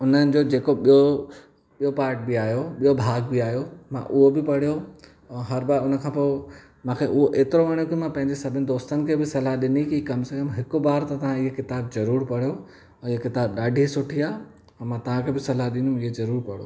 उन्हनि जो जेको ॿियो ॿियो पार्ट बि आहियो ॿियो भाॻ बि आहियो मां उहो बि पढ़ियो ऐं हर बार हुन खां पोइ मांखे उहो एतिरो वणियो कि मां पंहिंजे सभिनी दोस्तनि खे बि सलाह ॾिनी कि कम से कम हिकु बार त तव्हां इहा किताबु ज़रूरु पढ़ो ऐं हीअं किताबु ॾाढी सुठी आहे ऐं मां तव्हांखे बि सलाह ॾींदुमि त हीअं ज़रूरु पढ़ो